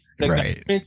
Right